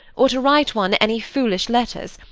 or to write one any foolish letters,